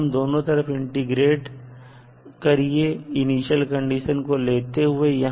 अब दोनों तरफ इंटीग्रेट करिए इनिशियल कंडीशन को लेते हुए